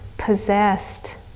possessed